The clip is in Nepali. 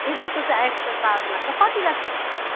ए त्यसको चाहिँ एक्स्ट्रा चार्ज लाग्छ कति लाग्छ